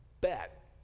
bet